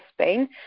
Spain